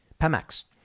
Pemex